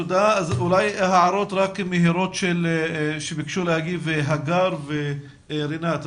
הערות מהירות שביקשו להגיב הגר ורינת.